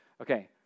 Okay